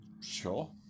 Sure